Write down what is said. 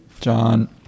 John